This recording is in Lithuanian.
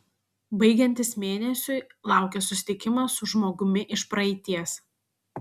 baigiantis mėnesiui laukia susitikimas su žmogumi iš praeities